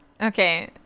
Okay